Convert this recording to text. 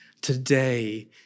today